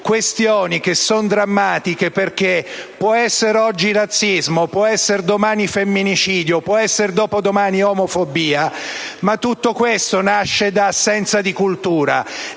questioni che sono drammatiche, perché può essere oggi razzismo, può essere domani femminicidio, può essere dopodomani omofobia, ma tutto questo nasce da assenza di cultura.